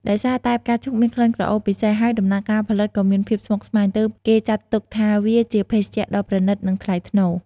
ដោយសារតែផ្កាឈូកមានក្លិនក្រអូបពិសេស ហើយដំណើរការផលិតក៏មានភាពស្មុគស្មាញ ទើបគេចាត់ទុកថាវាជាភេសជ្ជៈដ៏ប្រណីតនិងថ្លៃថ្នូរ។